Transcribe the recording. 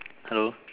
hello